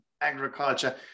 agriculture